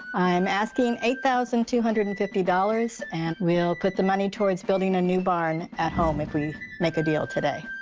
i am asking eight thousand two hundred and fifty dollars. and we'll put the money towards building a new barn at home if we make a deal today.